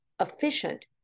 efficient